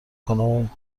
کنه